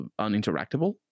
uninteractable